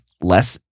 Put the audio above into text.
less